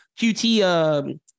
QT